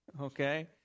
Okay